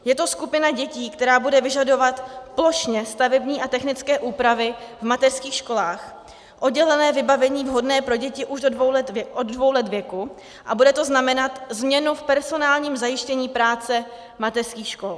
Je to skupina dětí, která bude vyžadovat plošně stavební a technické úpravy v mateřských školách, oddělené vybavení vhodné pro děti už od dvou let věku, a bude to znamenat změnu v personálním zajištění práce mateřských škol.